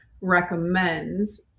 recommends